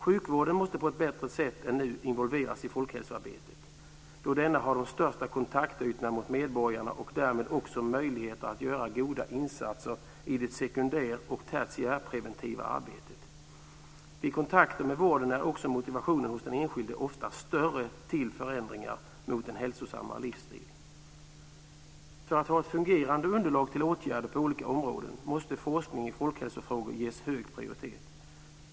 Sjukvården måste på ett bättre sätt än nu involveras i folkhälsoarbetet, då denna har de största kontaktytorna mot medborgarna och därmed också möjligheter att göra goda insatser i det sekundär och tertiärpreventiva arbetet. Vid kontakter med vården är också motivationen hos den enskilde oftast större till förändringar mot en hälsosammare livsstil. För att ha ett fungerande underlag till åtgärder på olika områden måste forskning i folkhälsofrågor ges hög prioritet.